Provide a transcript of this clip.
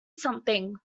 something